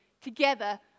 together